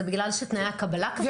זה בגלל שתנאי הקבלה קשים מאוד?